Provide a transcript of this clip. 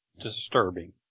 disturbing